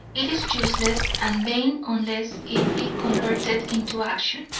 it is useless and vain unless it be converted into action.